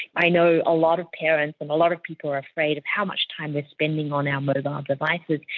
i know a lot of parents and a lot of people are afraid of how much time we are spending on our mobile but um devices,